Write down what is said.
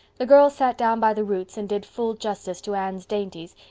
the girls sat down by the roots and did full justice to anne's dainties,